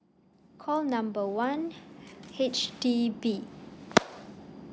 call number one H_D_B